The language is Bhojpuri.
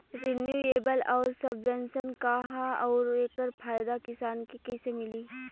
रिन्यूएबल आउर सबवेन्शन का ह आउर एकर फायदा किसान के कइसे मिली?